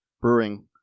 brewing